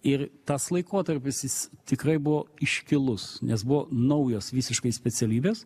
ir tas laikotarpis jis tikrai buvo iškilus nes buvo naujos visiškai specialybės